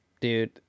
dude